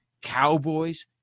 Cowboys